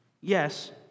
Yes